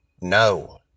No